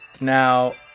now